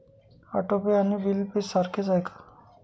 Auto pay आणि bill pay सारखेच आहे का?